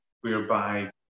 whereby